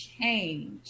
change